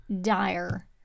dire